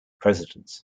presidents